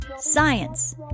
science